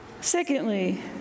Secondly